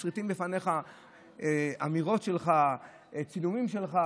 מסריטים לפניך אמירות שלך, צילומים שלך,